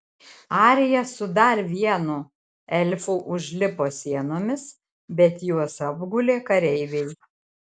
arija su dar vienu elfu užlipo sienomis bet juos apgulė kareiviai